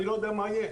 אני לא יודע מה יהיה,